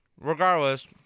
regardless